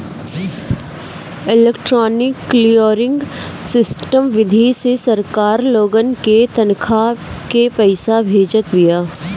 electronic clearing system विधि से सरकार लोगन के तनखा के पईसा भेजत बिया